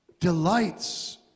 delights